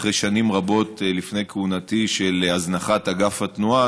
אחרי שנים רבות של הזנחת אגף התנועה,